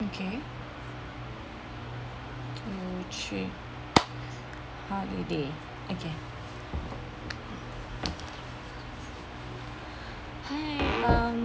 okay two three holiday okay hi um